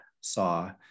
saw